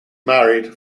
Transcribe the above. married